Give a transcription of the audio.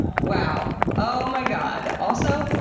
wow. oh my god. also,